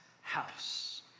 house